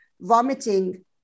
Vomiting